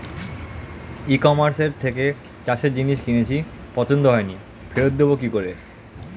ই কমার্সের থেকে চাষের জিনিস কিনেছি পছন্দ হয়নি ফেরত দেব কী করে?